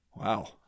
Wow